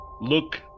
Look